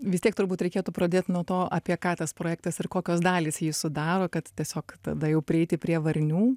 vis tiek turbūt reikėtų pradėt nuo to apie ką tas projektas ir kokios dalys jį sudaro kad tiesiog tada jau prieiti prie varnių